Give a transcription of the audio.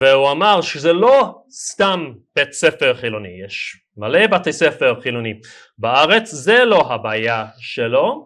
והוא אמר שזה לא סתם בית ספר חילוני, יש מלא בתי ספר חילוני בארץ, זה לא הבעיה שלו